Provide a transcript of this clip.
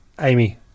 Amy